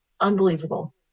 unbelievable